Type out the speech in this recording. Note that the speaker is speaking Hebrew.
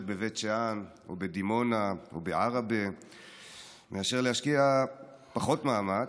בבית שאן או בדימונה או בעראבה מאשר להשקיע פחות מאמץ,